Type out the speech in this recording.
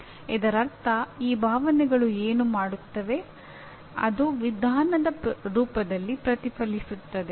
ಇದರರ್ಥ ಈ ಭಾವನೆಗಳು ಏನು ಮಾಡುತ್ತವೆ ಅದು ವಿಧಾನದ ರೂಪದಲ್ಲಿ ಪ್ರತಿಫಲಿಸುತ್ತದೆ